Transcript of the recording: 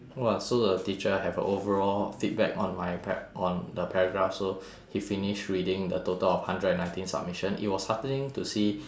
!wah! so the teacher have a overall feedback on my para~ on the paragraphs so he finished reading the total of hundred and nineteen submission it was heartening to see